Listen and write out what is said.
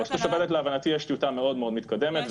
ברשות השופטת להבנתי יש טיוטה מאוד מאוד מתקדמת,